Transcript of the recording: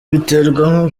biterwa